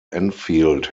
enfield